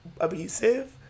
abusive